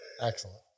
Excellent